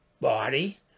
body